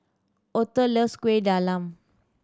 Otho loves Kuih Talam